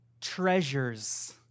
treasures